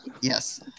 Yes